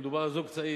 אם מדובר על זוג צעיר,